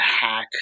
hack